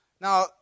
Now